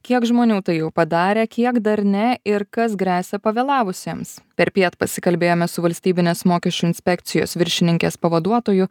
kiek žmonių tai jau padarė kiek dar ne ir kas gresia pavėlavusiems perpiet pasikalbėjome su valstybinės mokesčių inspekcijos viršininkės pavaduotoju